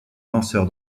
lanceur